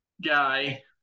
guy